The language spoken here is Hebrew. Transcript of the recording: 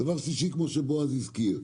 כמו שבועז הזכיר,